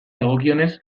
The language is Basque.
dagokionez